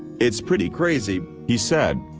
it's pretty crazy, he said.